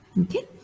Okay